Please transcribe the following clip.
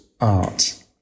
art